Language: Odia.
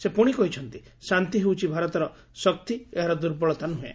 ସେ ପୁଣି କହିଛନ୍ତି ଶାନ୍ତି ହେଉଛି ଭାରତର ଶକ୍ତି ଏହାର ଦୂର୍ବଳତା ନୁହେଁ